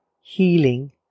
healing